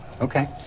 Okay